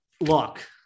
look